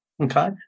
Okay